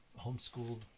homeschooled